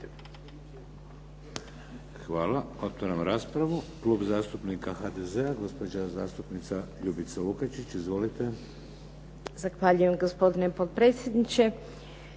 Hvala. Otvaram raspravu. Klub zastupnika HDZ-a, gospođa zastupnica Ljubica Lukačić. Izvolite. **Lukačić, Ljubica (HDZ)** Zahvaljujem gospodine potpredsjedniče.